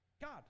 God